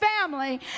family